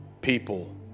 people